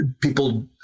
people